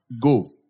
Go